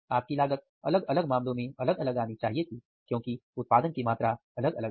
आप की लागत अलग अलग मामलों में अलग अलग आनी चाहिए थी क्योंकि उत्पादन की मात्रा अलग अलग है